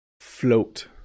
Float